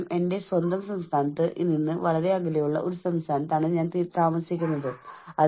നിങ്ങളുടെ ഓർഗനൈസേഷൻ ഇതിന് എത്രത്തോളം മുൻഗണനയാണ് നൽകുന്നതെന്ന് നിങ്ങൾ ശരിക്കും മനസ്സിലാക്കിയേക്കില്ല